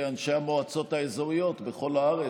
אנשי המועצות האזוריות בכל הארץ,